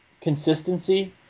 consistency